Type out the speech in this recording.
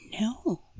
no